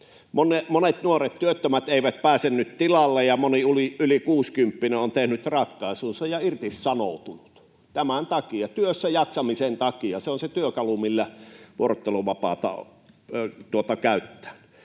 Monet nuoret työttömät eivät pääse nyt tilalle, ja moni yli kuusikymppinen on tehnyt ratkaisunsa ja irtisanoutunut tämän takia, työssäjaksamisen takia. Se on se työkalu, miksi vuorotteluvapaata käytetään.